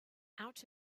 out